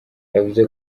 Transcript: yavuze